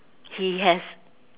he has